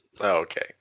okay